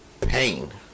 pain